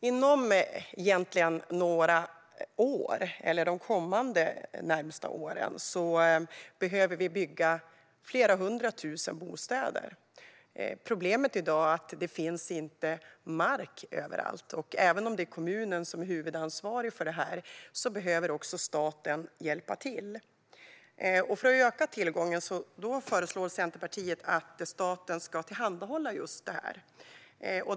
Inom de närmaste åren behöver vi bygga flera hundra tusen bostäder. Problemet i dag är att det inte finns mark överallt, och även om det är kommunen som är huvudansvarig för detta behöver staten hjälpa till. För att öka tillgången föreslår Centerpartiet att staten ska tillhandahålla just detta.